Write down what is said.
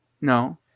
No